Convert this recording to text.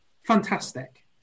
fantastic